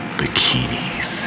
bikinis